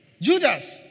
Judas